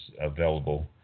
available